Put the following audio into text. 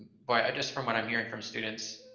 boy, i just from what i'm hearing from students,